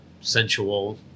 sensual